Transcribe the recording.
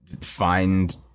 find